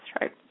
right